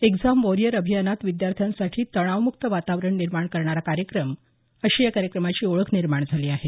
exam warrior अभियानात विद्यार्थ्याँसाठी तणावमुक्त वातावरण निर्माण करणारा कार्यक्रम अशी या कार्यक्रमाची ओळख निर्माण झाली आहे